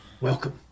Welcome